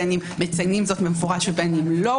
בין אם מציינים זאת במפורש ובין אם לא.